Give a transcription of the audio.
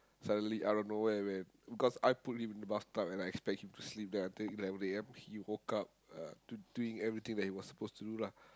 suddenly out of nowhere when because I put him in the bathtub and I expect him to sleep there until eleven A_M he woke up uh do doing everything that he was supposed to do lah